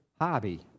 hobby